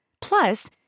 Plus